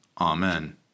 amen